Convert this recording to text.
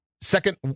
second